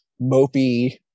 mopey